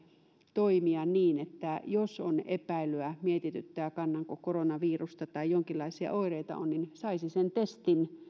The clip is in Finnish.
toimia niin että jos on epäilyä ja mietityttää kannanko koronavirusta tai jonkinlaisia oireita on niin saisi sen testin